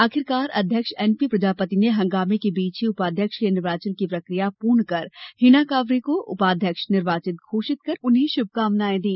आखिरकार अध्यक्ष N P Prajapati ने हंगामे के बीच ही उपाध्यक्ष के निर्वाचन की प्रक्रिया पूर्ण कर हिना कांवरे को उपाध्यक्ष निर्वाचित घोषित कर उन्हें शुभकामनाएं दी